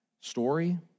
story